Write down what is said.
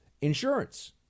insurance